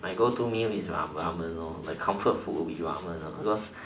my go to meal is ramen lor comfort food will be ramen because